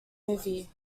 movie